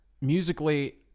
Musically